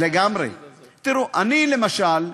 תראו, אני, למשל,